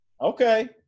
okay